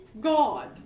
God